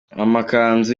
amakanzu